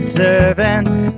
servants